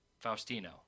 Faustino